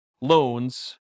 loans